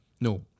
No